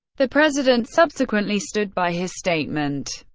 the president subsequently stood by his statement,